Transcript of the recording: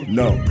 no